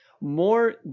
More